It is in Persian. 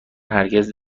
هرگز